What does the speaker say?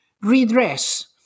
redress